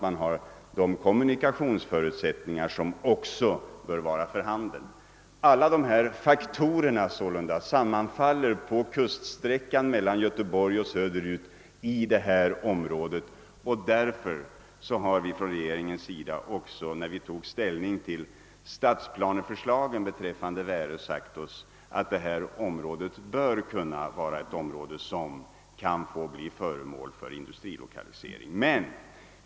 Vissa kommunikationsförutsättningar måste också vara för handen. På kuststräckan söder om Göteborg uppfylls alla dessa förutsättningar i väröbackaområdet. När därför regeringen tog ställning till stadsplaneförslagen för Värö, ansåg regeringen att detta område borde kunna bli föremål för industrilokalisering.